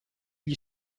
gli